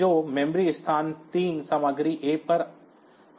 तो स्मृति स्थान 3 सामग्री A पर आ जाएगी